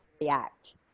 react